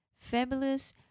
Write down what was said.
fabulous